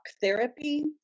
therapy